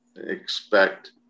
expect